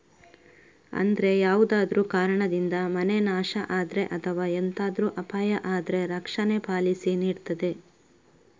ಅಂದ್ರೆ ಯಾವ್ದಾದ್ರೂ ಕಾರಣದಿಂದ ಮನೆ ನಾಶ ಆದ್ರೆ ಅಥವಾ ಎಂತಾದ್ರೂ ಅಪಾಯ ಆದ್ರೆ ರಕ್ಷಣೆ ಪಾಲಿಸಿ ನೀಡ್ತದೆ